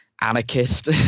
anarchist